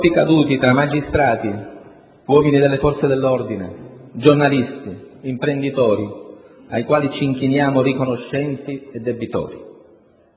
troppi caduti tra magistrati, uomini delle forze dell'ordine, giornalisti, imprenditori ai quali ci inchiniamo, riconoscenti e debitori.